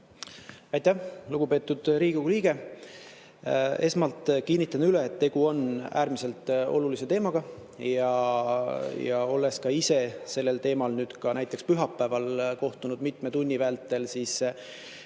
Aitäh! Lugupeetud Riigikogu liige! Esmalt kinnitan üle, et tegu on äärmiselt olulise teemaga. Olles ka ise sellel teemal näiteks pühapäeval kohtunud mitme tunni vältel Muhu